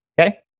Okay